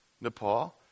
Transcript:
Nepal